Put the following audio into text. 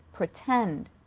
pretend